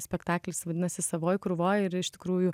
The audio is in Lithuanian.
spektaklis vadinasi savoj krūvoj ir iš tikrųjų